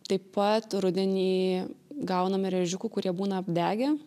taip pat rudenį gaunam ir ežiukų kurie būna apdegę